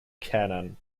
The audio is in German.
kennen